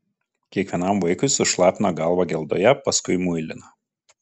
kiekvienam vaikui sušlapina galvą geldoje paskui muilina